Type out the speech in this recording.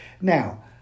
now